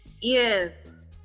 Yes